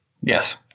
Yes